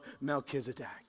Melchizedek